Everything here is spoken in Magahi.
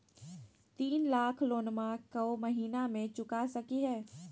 तीन लाख लोनमा को महीना मे चुका सकी हय?